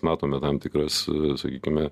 matome tam tikras sakykime